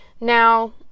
Now